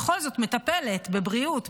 בכל זאת מטפלת בבריאות,